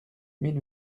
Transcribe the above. mille